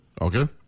Okay